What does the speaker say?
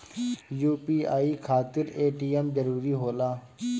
UPI खातिर ATM जरूरी होला?